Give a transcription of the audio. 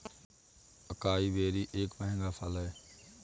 acai berry एक महंगा फल है